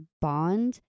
bond